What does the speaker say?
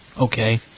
okay